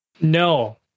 no